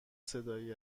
صدایی